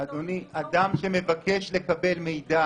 אדוני, אדם שמבקש לקבל מידע